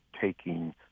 taking